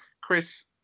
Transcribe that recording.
Chris